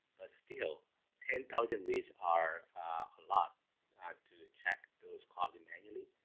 ah still ten thousand reads are a lot to check those quality manually.